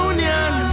Union